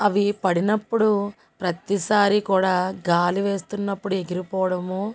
అవి పడినప్పుడు ప్రతిసారి కూడా గాలి వేస్తున్నప్పుడు ఎగిరిపోవడము